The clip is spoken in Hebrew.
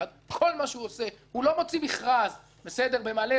כל מה שהוא עושה הוא לא מוציא מכרז במעלה אדומים או